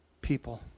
people